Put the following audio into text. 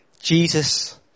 Jesus